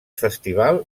festival